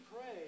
pray